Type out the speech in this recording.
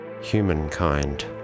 humankind